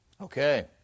Okay